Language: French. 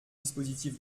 dispositif